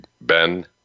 Ben